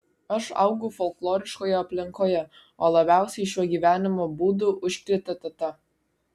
aš augau folkloriškoje aplinkoje o labiausiai šiuo gyvenimo būdu užkrėtė teta